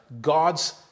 God's